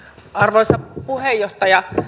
arvoisa puheenjohtaja